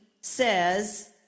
says